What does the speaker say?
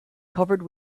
covered